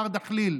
מר דחליל,